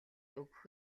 өгөх